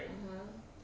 (uh huh)